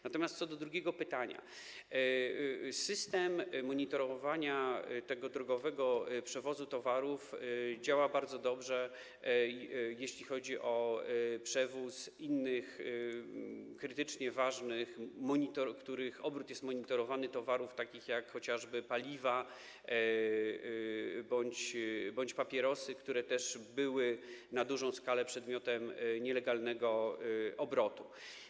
Natomiast co do drugiego pytania to system monitorowania drogowego przewozu towarów działa bardzo dobrze, jeśli chodzi o przewóz innych krytycznie ważnych towarów, których obrót jest monitorowany, takich jak chociażby paliwa bądź papierosy, które też na dużą skalę były przedmiotem nielegalnego obrotu.